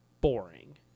Boring